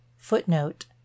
Footnote